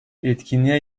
etkinliğe